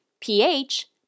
pH